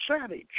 savage